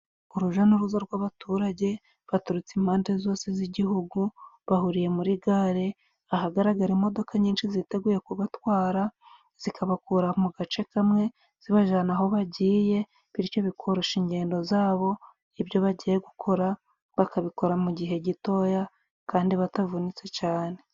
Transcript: Uruja n'uruza rw'abaturage baturutse impande zose z'igihugu, bahuriye muri gare ahagaragara imodoka nyinshi ziteguye kubatwara, zikabakura mu gace kamwe zibajana aho bagiye, bityo bikorosha ingendo za bo, ibyo bagiye gukora bakabikora mu gihe gitoya kandi batavunitse cane.